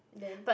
then